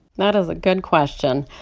that is a good question.